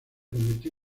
convirtió